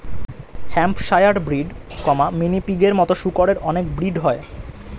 Hampshire breed, mini পিগের মতো শুকরের অনেক ব্রিড হয়